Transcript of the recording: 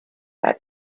that